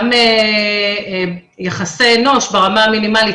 גם יחסי אנוש ברמה המינימלית,